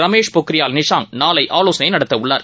Ramesh Pokhriyal Nishank நாளைஆலோசனைநடத்தஉள்ளார்